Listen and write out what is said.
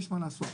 ויש מה לעשות.